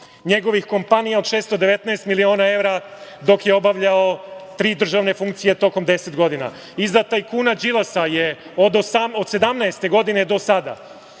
njegovih kompanija od 619 miliona evra dok je obavljao tri državne funkcije tokom 10 godina. Iza tajkuna Đilasa je od 2017. godine do sada